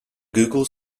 google